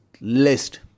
list